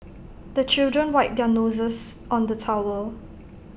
the children wipe their noses on the towel